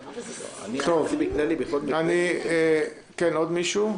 כן, עוד מישהו?